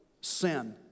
sin